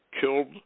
killed